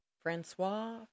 Francois